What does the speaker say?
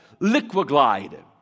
Liquiglide